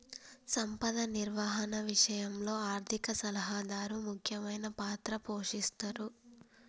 సంపద నిర్వహణ విషయంలో ఆర్థిక సలహాదారు ముఖ్యమైన పాత్ర పోషిస్తరు